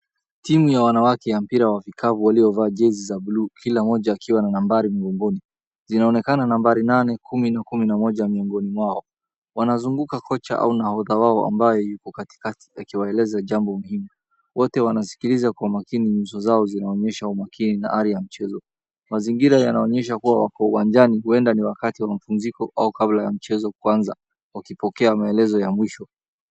Timu ya wanawake ya mpira wa vikapu waliovaa jezi za bluu kila mmoja akiwa na nambali mgongoni zinaonekana nambali nane kumi na kumi na moja miongoni mwao wanazunguka kocha au nahodha wao wa ambaye yupo katikati akiwaeleza jambo muhimu. Wote wanashikiliza kwa makini yuso zao zinaonyesha umakini na hali ya mchezo huu. Mazingira yanaonyesha kuwa wako uwanjani huenda ni wakati wa mapunziko au kabla ya mchezo kwanza wakipokea maelezo ya mwisho